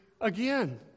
again